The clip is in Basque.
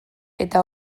eta